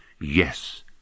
Yes